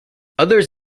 others